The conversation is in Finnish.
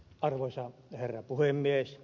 arvoisa herra puhemies